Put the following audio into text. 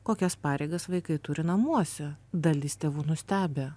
kokias pareigas vaikai turi namuose dalis tėvų nustebę